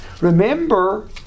Remember